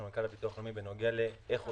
מנכ"ל הביטוח הלאומי בנוגע לשאלה איך עושים.